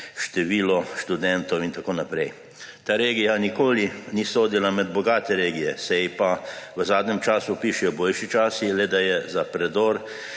število študentov in tako naprej. Ta regija nikoli ni sodila med bogate regije, se ji pa v zadnjem času pišejo boljši časi, le da je za prodor